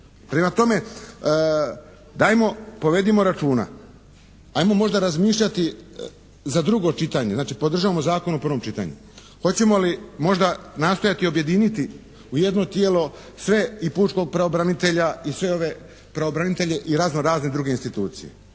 Prema tome, dajmo povedimo računa, ajmo možda razmišljati za drugo čitanje, znači podržavamo zakon u prvom čitanju. Hoćemo li možda nastojati objediniti u jedno tijelo sve i pučkog pravobranitelja i sve ove pravobranitelje i razno-razne druge institucije